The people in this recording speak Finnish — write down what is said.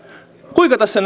kuinka tässä